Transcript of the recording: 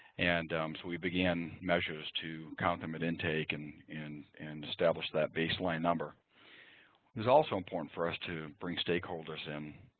and um so we began measures to count them at intake and and establish that baseline number. it was also important for us to bring stakeholders in